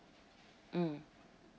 mm